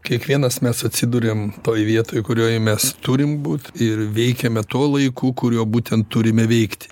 kiekvienas mes atsiduriam toj vietoj kurioj mes turim būt ir veikiame tuo laiku kuriuo būtent turime veikti